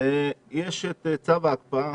יש את צו ההקפאה